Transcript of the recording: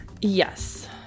Yes